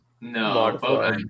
No